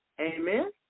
Amen